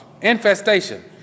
infestation